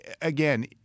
again